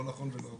נכון ולא הוגן.